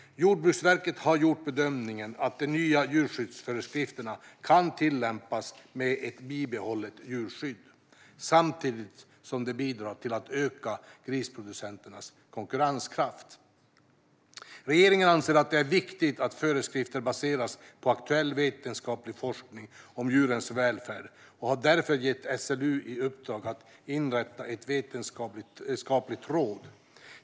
Jordbruksverket har gjort bedömningen att de nya djurskyddsföreskrifterna kan tillämpas med ett bibehållet djurskydd, samtidigt som de bidrar till att öka grisproducenternas konkurrenskraft. Regeringen anser att det är viktigt att föreskrifter baseras på aktuell vetenskaplig forskning om djurens välfärd och har därför gett SLU i uppdrag att inrätta ett vetenskapligt råd.